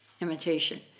Imitation